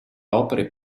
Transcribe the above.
opere